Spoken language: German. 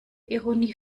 ironie